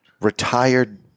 retired